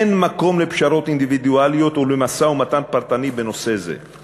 ואין מקום לפשרות אינדיבידואליות ולמשא-ומתן פרטני בנושא זה";